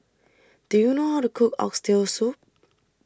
Do YOU know How to Cook Oxtail Soup